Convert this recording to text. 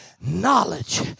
knowledge